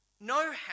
No